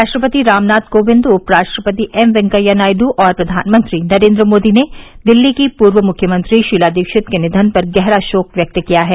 राष्ट्रपति रामनाथ कोविंद उपराष्ट्रपति एम वैंकेया नायडू और प्रधानमंत्री नरेन्द्र मोदी ने दिल्ली की पूर्व मुख्यमंत्री शीला दीक्षित के निधन पर गहरा शोक व्यक्त किया है